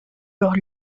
eurent